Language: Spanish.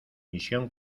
misión